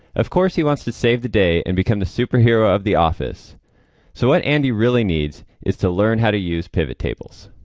of course he wants to save the day and become the superhero of the office so what andy really needs is to learn how to use pivot tables?